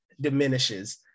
diminishes